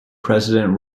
president